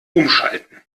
umschalten